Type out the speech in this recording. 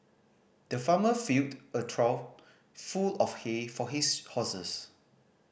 the farmer filled a trough full of hay for his horses